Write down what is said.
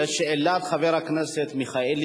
לשאלת חבר הכנסת מיכאלי,